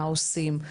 מה עושים,